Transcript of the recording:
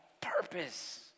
purpose